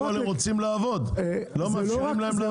בינתיים לא מאפשרים להם לעבוד, אז מה עשית?